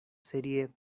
serie